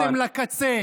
הגעתם לקצה.